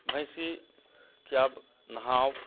भैँसी के आब नहाओ